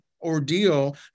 ordeal